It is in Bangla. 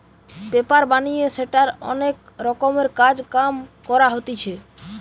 পেপার বানিয়ে সেটার অনেক রকমের কাজ কাম করা হতিছে